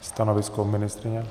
Stanovisko ministryně?